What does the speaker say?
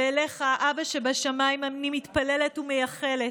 ואליך, אבא שבשמיים, אני מתפללת ומייחלת: